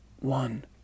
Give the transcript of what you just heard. one